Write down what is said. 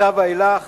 מעתה ואילך